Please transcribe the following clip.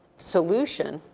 solution,